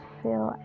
feel